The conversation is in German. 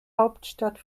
hauptstadt